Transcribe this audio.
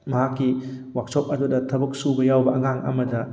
ꯃꯍꯥꯛꯀꯤ ꯋꯥꯛꯁꯣꯞ ꯑꯗꯨꯗ ꯊꯕꯛ ꯁꯨꯕ ꯌꯥꯎꯕ ꯑꯉꯥꯡ ꯑꯃꯗ